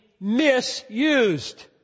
misused